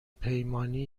پیمانی